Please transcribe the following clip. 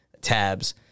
tabs